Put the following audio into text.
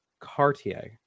cartier